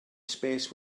space